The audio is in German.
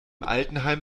altenheim